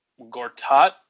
Gortat